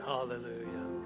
Hallelujah